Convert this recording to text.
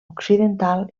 occidental